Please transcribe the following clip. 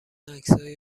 عکسهای